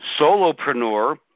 solopreneur